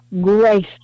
grace